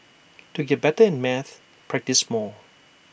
to get better at maths practise more